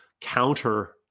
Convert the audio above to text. counter